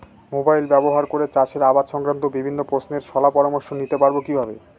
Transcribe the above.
Mobile ব্যাবহার করে চাষের আবাদ সংক্রান্ত বিভিন্ন প্রশ্নের শলা পরামর্শ নিতে পারবো কিভাবে?